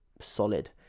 solid